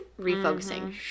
refocusing